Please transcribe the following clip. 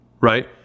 right